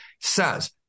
says